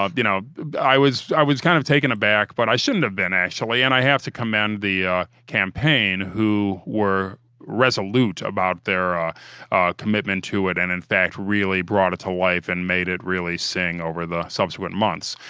ah you know i was i was kind of taken aback, but i shouldn't have been actually, and i have to commend the ah campaign who were resolute about their ah ah commitment to it, and in fact, really brought it to life and made it really sing over the subsequent months.